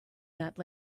that